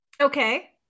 Okay